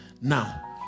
Now